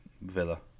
Villa